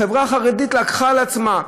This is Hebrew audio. החברה החרדית לקחה על עצמה,